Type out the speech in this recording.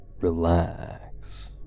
Relax